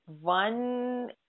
one